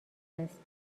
است